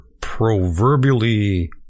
proverbially